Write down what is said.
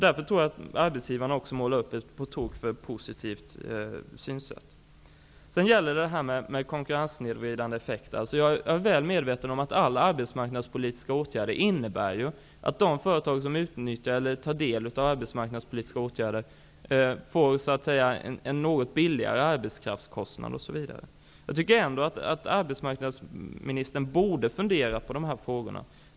Därför tror jag att arbetsgivarna målar upp en på tok för positiv bild. Sedan har vi de konkurrenssnedvridande effekerna. Jag är väl medveten om att alla arbetsmarknadspolitiska åtgärder innebär att de företag som utnyttjar eller tar del av arbetsmarknadspolitiska åtgärder får en något lägre arbetskraftskostnad. Jag tycker ändå att arbetsmarknadsministern borde fundera på de här frågorna.